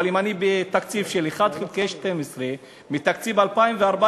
אבל אם אני בתקציב של 1 חלקי 12 מתקציב 2014,